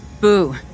Boo